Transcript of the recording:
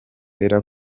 ella